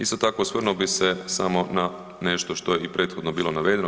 Isto tako osvrnuo bih se samo na nešto što je i prethodno bilo navedeno.